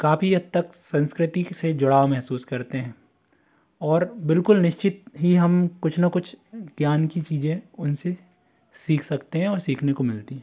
काफ़ी हद तक संस्कृति से जुड़ाव महसूस करते हैं और बिल्कुल निश्चित ही हम कुछ ना कुछ ज्ञान की चीज़ें उन से सीख सकते हैं और सीखने को मिलती हैं